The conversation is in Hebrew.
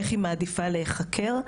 איך היא מעדיפה להיחקר,